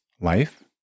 life